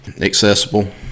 accessible